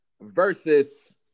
versus